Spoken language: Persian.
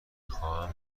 خواهم